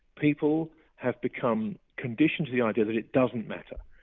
people have become conditioned to the idea that it doesn't matter.